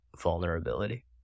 vulnerability